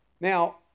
Now